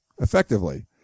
effectively